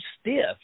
stiff